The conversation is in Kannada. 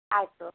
ಆಯಿತು